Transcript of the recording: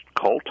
cult